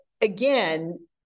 again